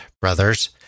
brothers